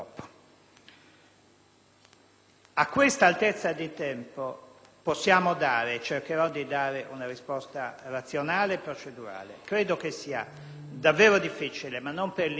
A questa altezza di tempo possiamo dare (e cercherò di dare) una risposta razionale e procedurale. Credo che sia davvero difficile, ma non per limiti del